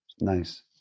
Nice